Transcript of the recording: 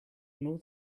nor